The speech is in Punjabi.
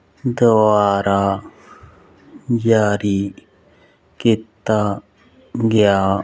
ਦੁਆਰਾ ਜਾਰੀ ਕੀਤਾ ਗਿਆ